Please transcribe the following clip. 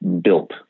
built